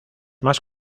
más